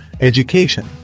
education